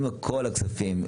עם כל הכספים,